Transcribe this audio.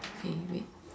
okay wait